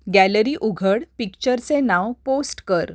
gallery उघड पिक्चरचे नाव पोस्ट कर